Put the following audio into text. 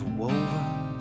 woven